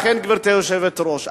גברתי היושבת-ראש,